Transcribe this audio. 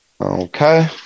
Okay